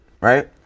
Right